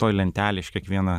toj lentelėj aš kiekvieną